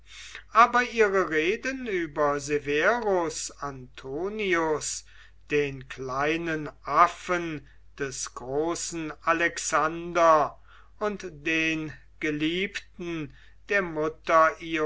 aber ihre reden über severus antoninus den kleinen affen des großen alexander und den geliebten der mutter